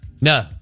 No